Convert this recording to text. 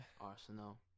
Arsenal